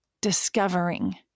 discovering